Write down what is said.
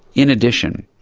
in addition,